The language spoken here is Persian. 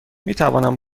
میتوانم